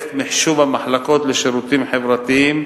בפרויקט מחשוב המחלקות לשירותים חברתיים,